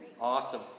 Awesome